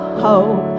hope